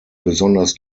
besonders